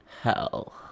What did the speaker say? Hell